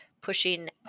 pushing